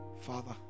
Father